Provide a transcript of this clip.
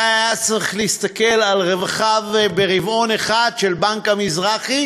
די היה להסתכל על רווחיו ברבעון אחד של בנק המזרחי